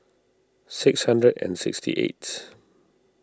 six hundred and sixty eight